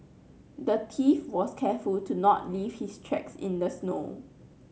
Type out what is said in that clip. the thief was careful to not leave his tracks in the snow